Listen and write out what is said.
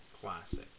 Classic